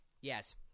Yes